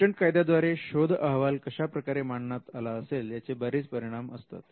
patent कायद्यामध्ये शोध अहवाल कशाप्रकारे मांडण्यात आला असेल याचे बरेच परिणाम असतात